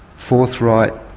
forthright,